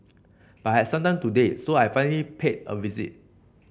but I had some time today so I finally paid it a visit